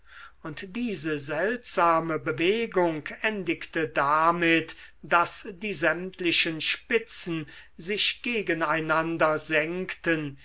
und diese seltsame bewegung endigte damit daß die sämtlichen spitzen sich gegen einander senkten